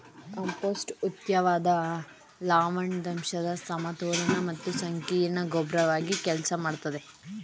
compost ಉತ್ತಮ್ವಾದ ಲವಣಾಂಶದ್ ಸಮತೋಲನ ಮತ್ತು ಸಂಕೀರ್ಣ ಗೊಬ್ರವಾಗಿ ಕೆಲ್ಸ ಮಾಡ್ತದೆ